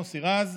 מוסי רז,